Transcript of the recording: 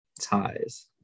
Ties